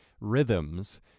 rhythms